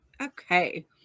okay